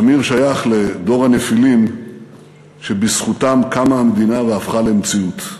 שמיר שייך לדור הנפילים שבזכותם קמה המדינה והפכה למציאות.